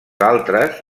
altres